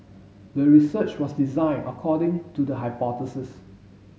the research was designed according to the hypothesis